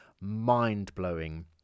mind-blowing